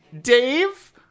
Dave